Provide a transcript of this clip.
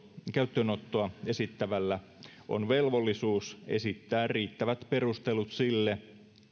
käyttöönottoa esittävällä on velvollisuus esittää riittävät perustelut sille